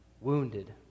wounded